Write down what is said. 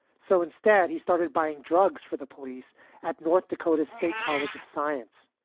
so instead he started buying drugs for the police at north dakota state college of science.